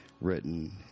written